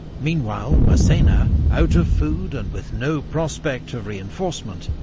meanwhile massena, out of food and with no prospect of reinforcement,